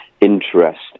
interest